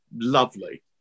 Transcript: lovely